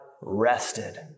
rested